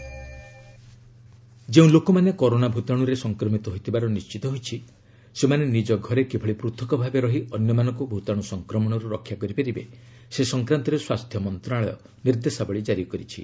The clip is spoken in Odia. ହେଲ୍ଥ ମିନିଷ୍ଟ୍ରୀ ଗାଇଡ୍ଲାଇନ୍ନ ଯେଉଁ ଲୋକମାନେ କରୋନା ଭୂତାଣୁରେ ସଂକ୍ରମିତ ହୋଇଥିବାର ନିର୍ଣ୍ଣିତ ହୋଇଛି ସେମାନେ ନିଜ ଘରେ କିଭଳି ପୂଥକ ଭାବେ ରହି ଅନ୍ୟମାନଙ୍କୁ ଭୂତାଣୁ ସଂକ୍ରମଣରୁ ରକ୍ଷା କରିପାରିବେ ସେ ସଂକ୍ରାନ୍ତରେ ସ୍ୱାସ୍ଥ୍ୟ ମନ୍ତ୍ରଣାଳୟ ନିର୍ଦ୍ଦେଶାବଳୀ କାରି କରିଛି